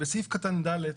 בסעיף קטן (ד),